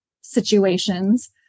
situations